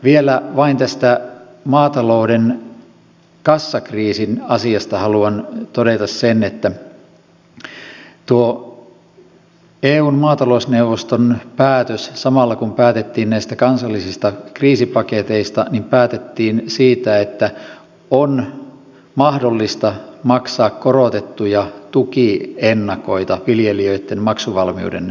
vielä vain tästä maatalouden kassakriisin asiasta haluan todeta sen että tuolla eun maatalousneuvoston päätöksellä samalla kun päätettiin näistä kansallisista kriisipaketeista päätettiin siitä että on mahdollista maksaa korotettuja tukiennakoita viljelijöitten maksuvalmiuden helpottamiseksi